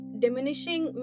diminishing